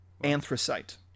Anthracite